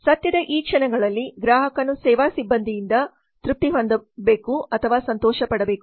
ಸತ್ಯದ ಈ ಕ್ಷಣಗಳಲ್ಲಿ ಗ್ರಾಹಕನು ಸೇವಾ ಸಿಬ್ಬಂದಿಯಿಂದ ತೃಪ್ತಿ ಹೊಂದಬೇಕು ಅಥವಾ ಸಂತೋಷಪಡಬೇಕು